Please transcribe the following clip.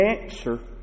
answer